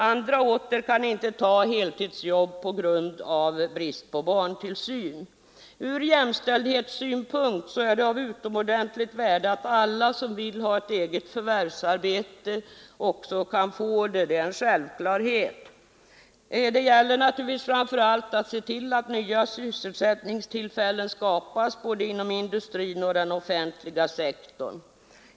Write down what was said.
Andra åter kan inte ta heltidsjobb i brist på barntillsyn. Från jämställdhetssynpunkt är det av utomordentligt värde att alla som vill ha ett eget förvärvsarbete också kan få det — det är en självklarhet. Det gäller naturligtvis framför allt att se till att nya sysselsättningstillfällen skapas, både inom industrin och inom den offentliga sektorn.